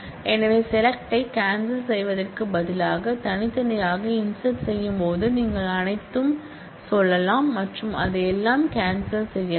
எனவே SELECT ஐ cancel செய்வதற்கு பதிலாக தனித்தனியாக இன்ஸெர்ட் செய்யும்போது நீங்கள் அனைத்தையும் சொல்லலாம் மற்றும் அதையெல்லாம் கேன்சல் செய்யலாம்